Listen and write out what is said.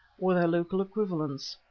or their local equivalents.